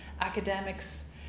academics